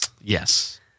Yes